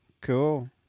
cool